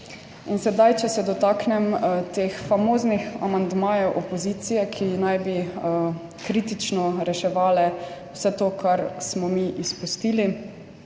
se sedaj dotaknem teh famoznih amandmajev opozicije, ki naj bi kritično reševali vse to, kar smo mi izpustili.